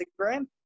Instagram